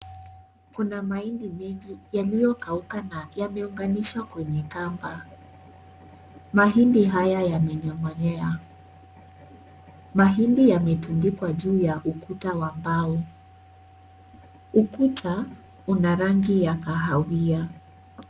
Kuna maindi mengi yaliokauka na yameunganishwa kwenye kamba, mahindi haya yamenyongolea, mahindi yametundikwa juu ya ukuta wa mbao, ukuta, una rangi ya kahawia.